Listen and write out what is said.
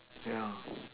yeah